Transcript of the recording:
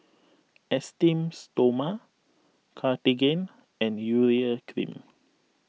Esteem Stoma Cartigain and Urea Cream